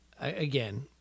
again